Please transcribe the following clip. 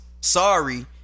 Sorry